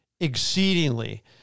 exceedingly